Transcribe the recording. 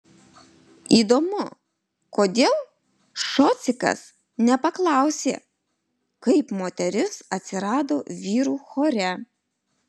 įdomu kodėl šocikas nepaklausė kaip moteris atsirado vyrų chore